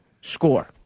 score